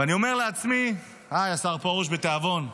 ואני אומר לעצמי, היי, השר פרוש, בתיאבון.